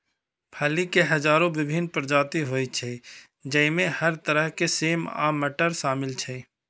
फली के हजारो विभिन्न प्रजाति होइ छै, जइमे हर तरह के सेम आ मटर शामिल छै